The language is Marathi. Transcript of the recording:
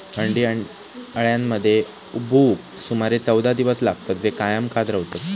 अंडी अळ्यांमध्ये उबवूक सुमारे चौदा दिवस लागतत, जे कायम खात रवतत